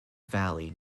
valley